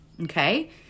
okay